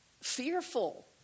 fearful